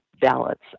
ballots